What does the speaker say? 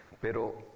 Pero